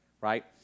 right